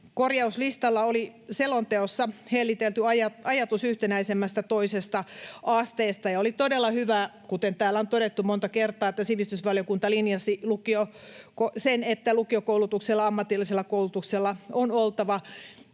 Korjauslistalla oli selonteossa hellitelty ajatus yhtenäisemmästä toisesta asteesta. Ja oli todella hyvä, kuten täällä on todettu monta kertaa, että sivistysvaliokunta linjasi sen, että lukiokoulutuksella ja ammatillisella koulutuksella on oltava